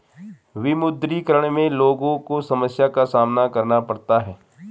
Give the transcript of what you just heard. विमुद्रीकरण में लोगो को समस्या का सामना करना पड़ता है